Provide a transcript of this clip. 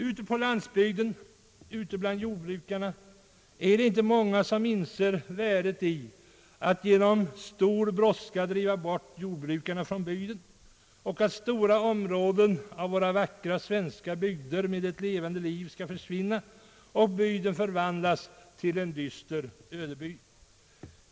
Ute på landsbygden, ute bland jordbrukarna, är det inte många som inser värdet i att genom stor brådska driva bort jordbrukarna från bygden och att stora delar av våra vackra svenska bygder med levande liv skall försvinna och bygden förvandlas till en dyster ödebygd.